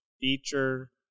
feature